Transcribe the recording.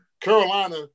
Carolina